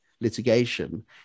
litigation